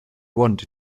want